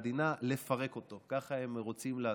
עדינה, לפרק אותו, ככה הם רוצים לעשות.